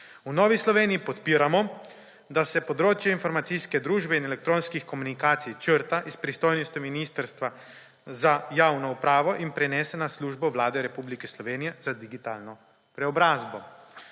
V Novi Sloveniji podpiramo, da se področje informacijske družbe in elektronskih komunikacij črta iz pristojnosti Ministrstva za javno upravo in prenese na Službo Vlade Republike Slovenije za digitalno preobrazbo.